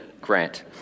Grant